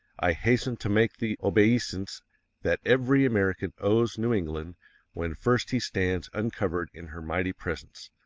i hasten to make the obeisance that every american owes new england when first he stands uncovered in her mighty presence.